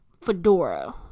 fedora